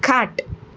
खाट